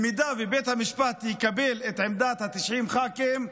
אם בית המשפט יקבל את עמדת 90 הח"כים,